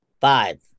Five